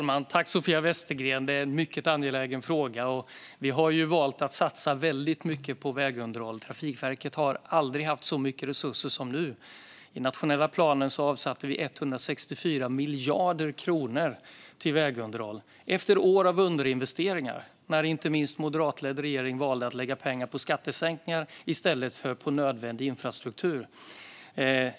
Fru talman! Det är en mycket angelägen fråga. Vi har valt att satsa mycket på vägunderhåll. Trafikverket har aldrig haft så mycket resurser som nu. I den nationella planen avsatte vi 164 miljarder kronor till vägunderhåll efter år av underinvesteringar när inte minst en moderatledd regering valde att lägga pengar på skattesänkningar i stället för på nödvändig infrastruktur.